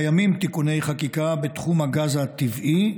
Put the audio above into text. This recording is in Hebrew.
קיימים תיקוני חקיקה בתחום הגז הטבעי,